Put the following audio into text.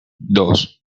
dos